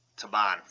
Taban